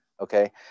Okay